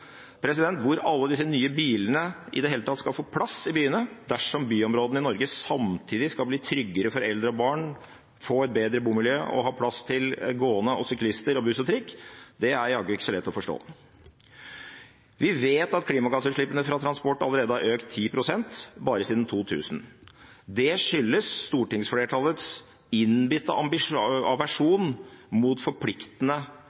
alle disse nye bilene i det hele tatt skal få plass i byene, dersom byområdene i Norge samtidig skal bli tryggere for eldre og barn, få et bedre bomiljø og ha plass til gående, syklister, buss og trikk, er jaggu ikke så lett å forstå. Vi vet at klimagassutslippene fra transport har økt 10 pst. bare siden år 2000. Det skyldes stortingsflertallets